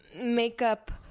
makeup